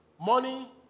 Money